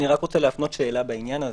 אני רק רוצה להפנות שאלה בעניין הזה.